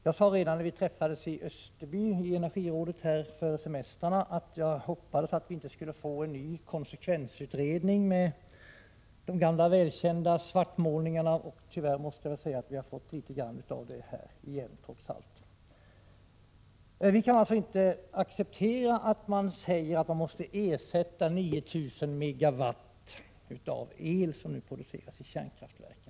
Jag sade redan när vii energirådet träffades i Österbyn före semestrarna att jag hoppades att vi inte skulle få en ny konsekvensutredning med de gamla välkända svartmålningarna. Tyvärr måste jag säga att vi trots allt fått något av en sådan igen. Vi kan alltså inte acceptera att man säger att man måste ersätta 9 000 megawatt av el som nu produceras i kärnkraftverk.